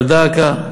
אבל דא עקא,